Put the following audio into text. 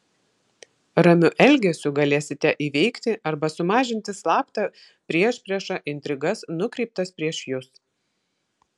ramiu elgesiu galėsite įveikti arba sumažinti slaptą priešpriešą intrigas nukreiptas prieš jus